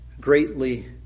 greatly